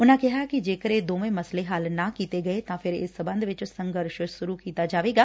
ਉਨਾਂ ਕਿਹਾ ਕਿ ਜੇਕਰ ਇਹ ਦੋਵੇ ਮਸਲੇ ਹੱਲ ਨਾ ਕੀਤੇ ਗਏ ਤਾਂ ਫਿਰ ਇਸ ਸਬੰਧ ਵਿਚ ਸੰਘਰਸ਼ ਸ਼ੁਰੁ ਕੀਤਾ ਜਾਵੇਗਾ